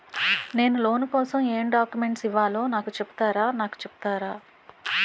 నేను లోన్ కోసం ఎం డాక్యుమెంట్స్ ఇవ్వాలో నాకు చెపుతారా నాకు చెపుతారా?